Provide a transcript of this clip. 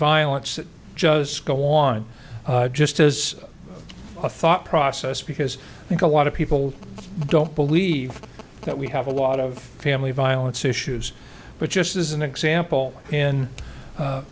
violence that just go on just as a thought process because i think a lot of people don't believe that we have a lot of family violence issues but just as an example in